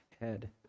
head